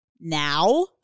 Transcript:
now